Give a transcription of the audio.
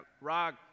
Rock